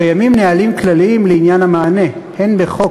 קיימים נהלים כלליים לעניין המענה הן בחוק